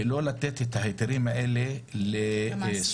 ולא לתת את ההיתרים האלה לסוחרים.